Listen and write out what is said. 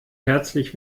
herzlich